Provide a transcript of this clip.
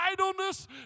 idleness